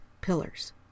pillars